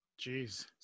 Jeez